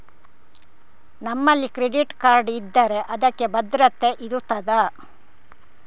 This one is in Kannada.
ನಮ್ಮಲ್ಲಿ ಕ್ರೆಡಿಟ್ ಕಾರ್ಡ್ ಇದ್ದರೆ ಅದಕ್ಕೆ ಭದ್ರತೆ ಇರುತ್ತದಾ?